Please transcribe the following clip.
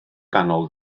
ganol